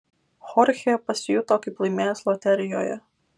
chorchė pasijuto kaip laimėjęs loterijoje